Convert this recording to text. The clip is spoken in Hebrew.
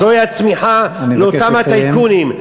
זוהי הצמיחה לאותם הטייקונים.